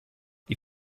die